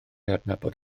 adnabod